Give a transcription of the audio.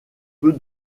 peu